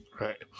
right